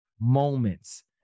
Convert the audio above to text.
moments